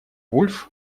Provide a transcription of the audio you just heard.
вульф